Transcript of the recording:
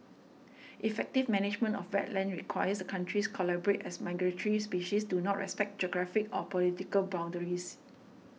effective management of wetlands requires the countries collaborate as migratory species do not respect geographic or political boundaries